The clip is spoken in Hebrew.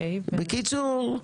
בקיצור,